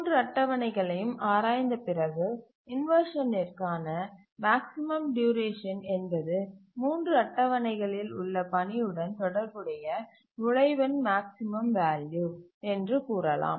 3 அட்டவணைகளையும் ஆராய்ந்த பிறகு இன்வர்ஷனிற்கு ஆன மேக்ஸிமம் டியூரேஷன் என்பது 3 அட்டவணைகளில் உள்ள பணியுடன் தொடர்புடைய நுழைவின் மேக்ஸிமம் வேல்யூ என்று கூறலாம்